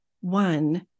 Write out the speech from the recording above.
one